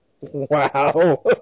Wow